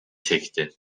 çekti